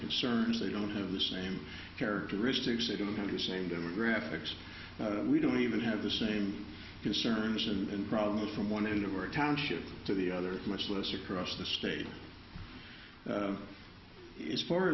concerns they don't have the same characteristics they don't have the same demographics we don't even have the same concerns and problems from one end of our township to the other much less across the state as far